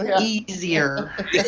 easier